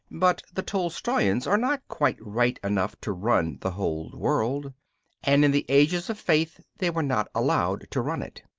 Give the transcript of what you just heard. but the tolstoyans are not quite right enough to run the whole world and in the ages of faith they were not allowed to run it.